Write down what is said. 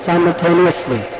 Simultaneously